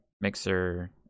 Mixer